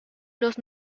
los